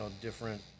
different